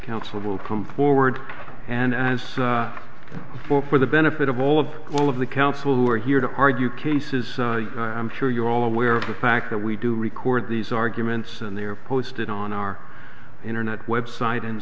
council will come forward and as before for the benefit of all of all of the council who are here to argue cases i'm sure you're all aware of the fact that we do record these arguments and they are posted on our internet web site and